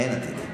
אין עתיד.